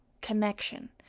connection